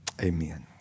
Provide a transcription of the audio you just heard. amen